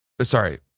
Sorry